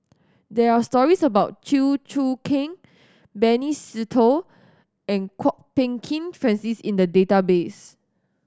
there are stories about Chew Choo Keng Benny Se Teo and Kwok Peng Kin Francis in the database